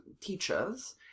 teachers